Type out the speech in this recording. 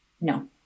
No